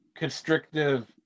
constrictive